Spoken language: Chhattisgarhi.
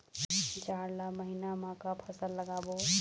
जाड़ ला महीना म का फसल लगाबो?